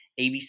ABC